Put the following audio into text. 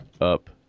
up